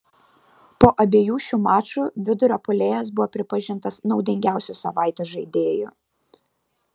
po abiejų šių mačų vidurio puolėjas buvo pripažintas naudingiausiu savaitės žaidėju